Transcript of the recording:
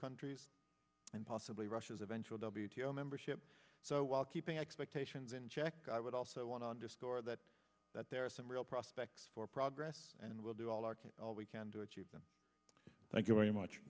countries and possibly russia's eventual b t o membership so while keeping expectations in check i would also want to underscore that that there are some real prospects for progress and we'll do all our all we can to achieve them thank you very much